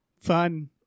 fun